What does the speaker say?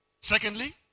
Secondly